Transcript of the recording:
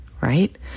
right